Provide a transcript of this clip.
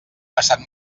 passat